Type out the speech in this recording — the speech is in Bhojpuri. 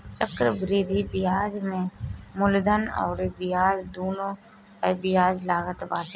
चक्रवृद्धि बियाज में मूलधन अउरी ब्याज दूनो पअ बियाज लागत बाटे